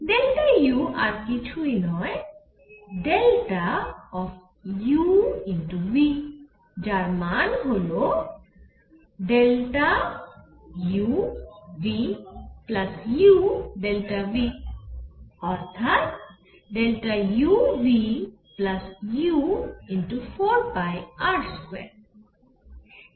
U আর কিছুই না Δ যার মান হল u VuV অর্থাৎ u Vu4πr2